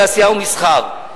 תעשייה ומסחר.